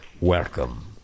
Welcome